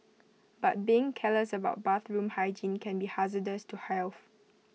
but being careless about bathroom hygiene can be hazardous to health